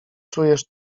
czujesz